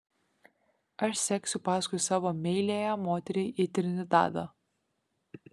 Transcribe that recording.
aš seksiu paskui savo meiliąją moterį į trinidadą